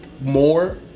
more